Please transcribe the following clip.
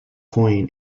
coin